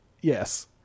Yes